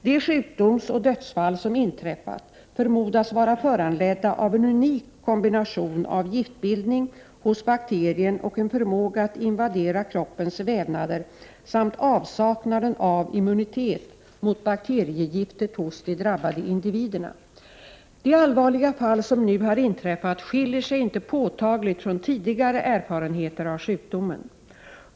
De sjukdomsoch dödsfall som inträffat förmodas vara föranledda av en unik kombination av giftbildning hos bakterien och en förmåga att invadera kroppens vävnader samt avsaknaden av immunitet mot bakteriegiftet hos de drabbade individerna. De allvarliga fall som nu har inträffat skiljer sig inte påtagligt från tidigare erfarenheter av sjukdomen.